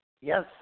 Yes